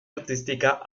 artística